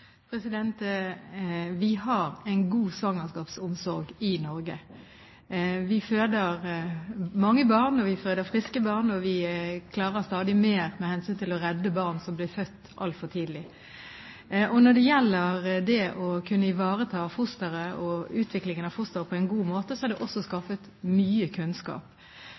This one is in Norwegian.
Vi har en god svangerskapsomsorg i Norge. Vi føder mange barn, vi føder friske barn, og vi klarer stadig mer med hensyn til å redde barn som blir født altfor tidlig. Når det gjelder å kunne ivareta fosteret og utviklingen av fosteret på en god måte, er det også skaffet mye kunnskap.